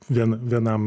vien vienam